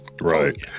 right